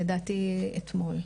לדעתי אתמול.